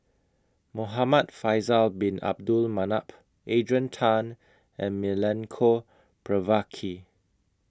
Muhamad Faisal Bin Abdul Manap Adrian Tan and Milenko Prvacki